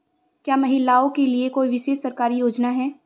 क्या महिलाओं के लिए कोई विशेष सरकारी योजना है?